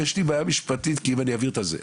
האם הוא רוצה את זה או לא.